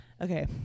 okay